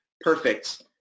Perfect